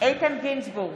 איתן גינזבורג,